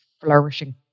Flourishing